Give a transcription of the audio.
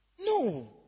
No